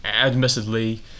admittedly